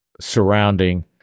surrounding